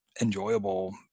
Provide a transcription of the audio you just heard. enjoyable